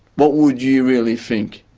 what would you really think?